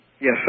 Yes